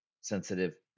Sensitive